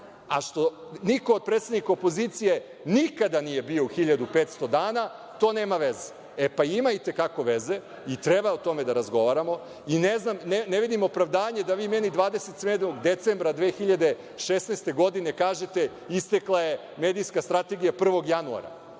niko nikada od predstavnika opozicije nikada nije bio u 1500 dana, to nema veze. E, pa ima i te kako veze i treba o tome da razgovaramo. Ne vidim opravdanje da vi meni 27. decembra 2016. godine kažete - istekla je medijska strategija 1. januara.